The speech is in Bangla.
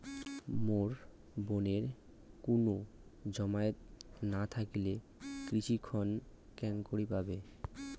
মোর বোনের কুনো জামানত না থাকিলে কৃষি ঋণ কেঙকরি পাবে?